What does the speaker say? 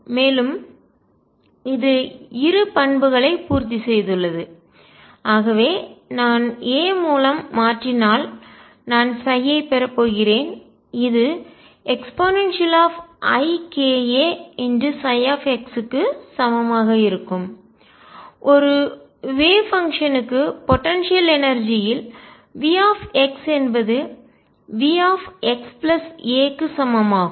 மேலும் இது இரு பண்புகளையும் பூர்த்திசெய்துள்ளது ஆகவே நான் a மூலம் மாற்றினால் நான் ஐ பெறப்போகிறேன் இது eikaψ க்கு சமமாக இருக்கும் ஒரு வேவ் பங்ஷன் அலை செயல்பாடு க்கு போடன்சியல் எனர்ஜி ஆற்றல் இல் V என்பது V x a க்கு சமம் ஆகும்